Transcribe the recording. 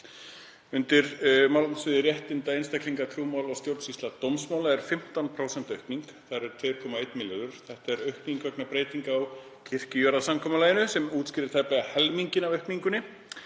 Undir málefnasviði um réttindi einstaklinga, trúmál og stjórnsýslu dómsmála er 15% aukning, 2,1 milljarður. Þetta er aukning vegna breytinga á kirkjujarðasamkomulaginu. Það útskýrir tæplega helminginn af aukningunni.